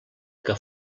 que